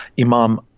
Imam